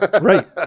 right